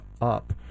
up